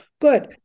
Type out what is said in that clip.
Good